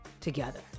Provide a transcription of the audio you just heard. together